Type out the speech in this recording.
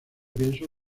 pienso